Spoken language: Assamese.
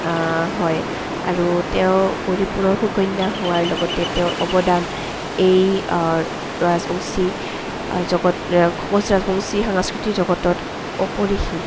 হয় আৰু তেওঁ গৌৰীপুৰৰ সুকন্যা হোৱাৰ লগতে তেওঁৰ অৱদান এই ৰাজবংশী জগত কোচ ৰাজবংশী সাংস্কৃতিৰ জগতত অপৰিসীম